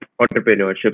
entrepreneurship